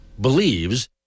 believes